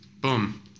Boom